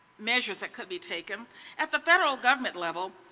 measures that could be taken at the federal government level,